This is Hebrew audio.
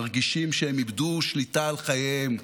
מרגישים שהם איבדו שליטה על חייהם,